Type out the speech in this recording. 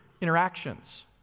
interactions